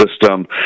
system